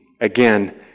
again